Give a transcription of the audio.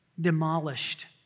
demolished